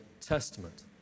Testament